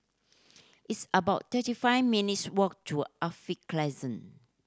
it's about thirty five minutes' walk to Alkaff Crescent